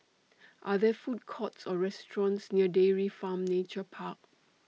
Are There Food Courts Or restaurants near Dairy Farm Nature Park